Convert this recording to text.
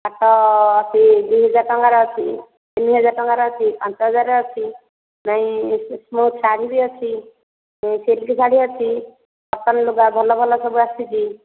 ପାଟ ସେହି ଦୁଇହଜାର ଟଙ୍କାର ଅଛି ତିନିହଜାର ଟଙ୍କାର ଅଛି ପାଞ୍ଚହଜାର ଅଛି ନାଇ ଶାଢ଼ୀ ବି ଅଛି ସିଲିକି ଶାଢ଼ୀ ଅଛି କଟନ ଲୁଗା ଭଲ ଭଲ ସବୁ ଆସିଛି